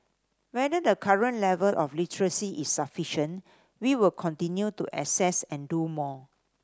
whether the current level of literacy is sufficient we will continue to assess and do more